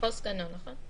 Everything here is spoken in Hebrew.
או סגנו, נכון?